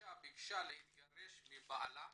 אישה בקשה להתגרש מבעלה,